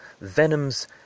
Venom's